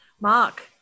Mark